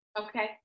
Okay